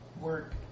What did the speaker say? work